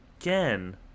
again